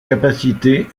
capacité